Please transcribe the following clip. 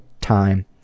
time